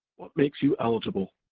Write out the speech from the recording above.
what makes you eligible?